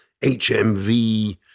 HMV